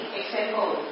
example